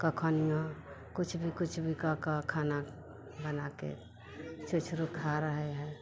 का खनिया कुछ भी कुछ भी का का खाना बना कर चुचुरु खा रहे हैं